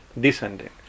descending